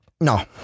No